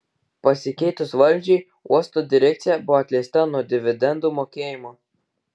pasikeitus valdžiai uosto direkcija buvo atleista nuo dividendų mokėjimo